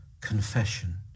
Confession